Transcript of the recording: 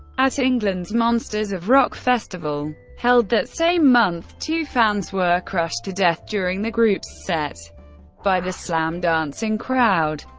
at england's monsters of rock festival, held that same month, two fans were crushed to death during the group's set by the slam-dancing crowd.